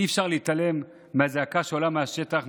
אי-אפשר להתעלם מהזעקה שעולה מהשטח,